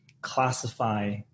classify